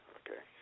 okay